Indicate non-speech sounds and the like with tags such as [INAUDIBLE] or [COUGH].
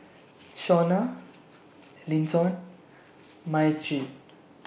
[NOISE] Shauna Linton Myrtie [NOISE]